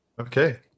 Okay